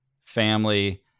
family